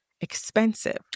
expensive